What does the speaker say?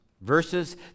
Verses